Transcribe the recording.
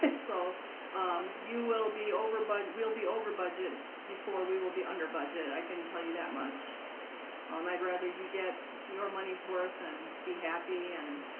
and so, um you will be over but we'll be over budget before we will be under budget i can tell you that much um, i'd rather you get your money's worth and be happy and